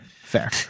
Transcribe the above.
fair